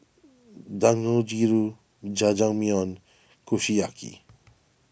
Dangojiru Jajangmyeon Kushiyaki